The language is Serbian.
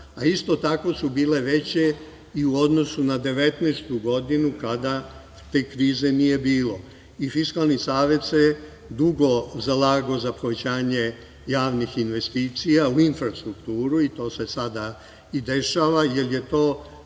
a isto tako su bile veće i u odnosu na 2019. godinu kada te krize nije bilo. Fiskalni savet se dugo zalagao za povećanje javnih investicija u infrastrukturu i to se sada i dešava jer je to